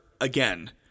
again